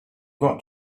got